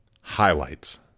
highlights